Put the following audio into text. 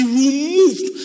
removed